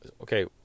Okay